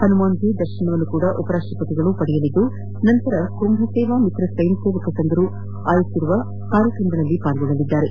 ಪನುಮಾನ್ಜೀ ದರ್ಶನವನ್ನು ಸಹ ಉಪರಾಷ್ಟಪತಿ ಅವರು ಪಡೆಯಲಿದ್ದು ನಂತರ ಕುಂಭಸೇವಾ ಮಿತ್ರ ಸ್ವಯಂ ಸೇವಕರು ಆಯೋಜಿಸಿರುವ ಕಾರ್ಯಕ್ರಮಗಳಲ್ಲಿ ಪಾಲ್ಗೊಳ್ಳಲಿದ್ದಾರೆ